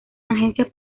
agencias